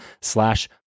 slash